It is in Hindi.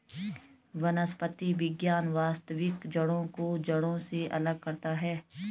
वनस्पति विज्ञान वास्तविक जड़ों को गैर जड़ों से अलग करता है